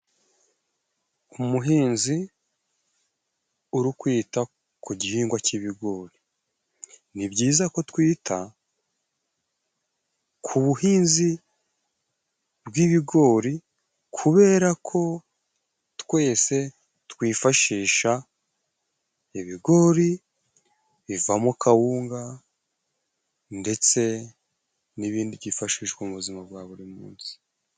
Umuhinzi uri kwita ku gihingwa cy'ibigori. Ni byiza ko twita, ku buhinzi bw'ibigori, kubera ko twese twifashisha ibigori bivamo kawunga ndetse n'ibindi byifashishwa mu buzima bwa buri munsi.